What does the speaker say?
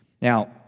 Now